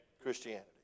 Christianity